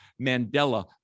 Mandela